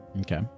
Okay